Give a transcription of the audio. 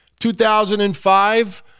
2005